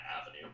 avenue